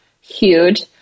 huge